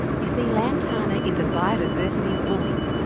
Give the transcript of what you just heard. you see, lantana is a biodiversity bully.